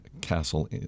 Castle